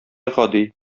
гади